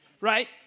right